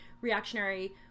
reactionary